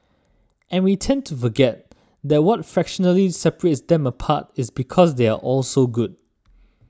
and we tend to forget that what fractionally separates them apart is because they are all so good